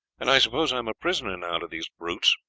and i suppose i am a prisoner now to these brutes,